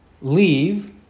leave